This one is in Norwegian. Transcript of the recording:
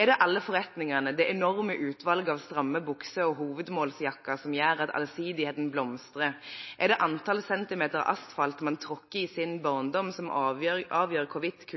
Er det alle forretningene, det enorme utvalget av stramme bukser og hovedmålsjakker som gjør at allsidigheten blomstrer? Er det antall centimeter asfalt man tråkker i sin barndom, som avgjør hvorvidt